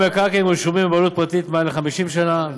המקרקעין רשומים בבעלות פרטית מעל 50 שנה,